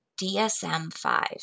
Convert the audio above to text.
DSM-5